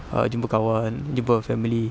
err jumpa kawan jumpa family